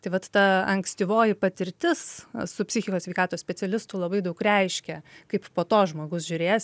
tai vat ta ankstyvoji patirtis su psichikos sveikatos specialistu labai daug reiškia kad po to žmogus žiūrės